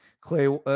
Clay